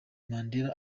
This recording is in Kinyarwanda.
mandela